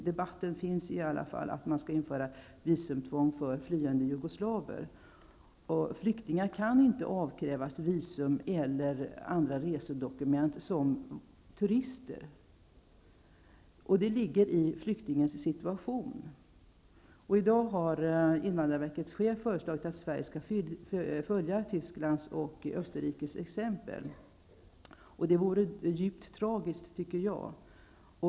Debatten finns i alla fall om att visumtvång skall införas för flyende jugoslavier. Men flyktingar kan inte på samma sätt som när det är fråga om turister avkrävas visum eller andra resedokument. Det ligger i flyktingens situation att så är fallet. I dag har invandrarverkets chef föreslagit att Sverige skall följa Tysklands och Österrikes exempel. Det tycker jag vore djupt tragiskt.